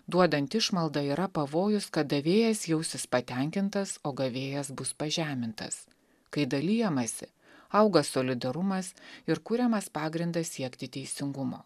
duodant išmaldą yra pavojus kad davėjas jausis patenkintas o gavėjas bus pažemintas kai dalijamasi auga solidarumas ir kuriamas pagrindas siekti teisingumo